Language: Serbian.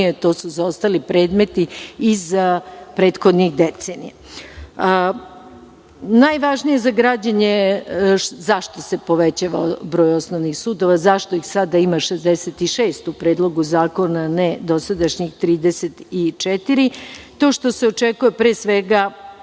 to su zaostali predmeti iz prethodnih decenija. Najvažnije za građane jeste zašto se povećava broj osnovnih sudova. Zašto ih sada ima 66 u Predlogu zakona, a ne dosadašnjih 34. To što se očekuje pre svega